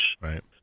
Right